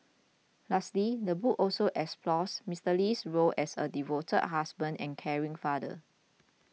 lastly the book also explores Mister Lee's role as a devoted husband and caring father